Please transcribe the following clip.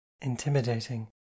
intimidating